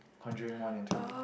Conjuring one and two